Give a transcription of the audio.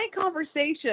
conversation